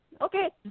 Okay